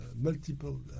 multiple